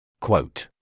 Quote